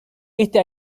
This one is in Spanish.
este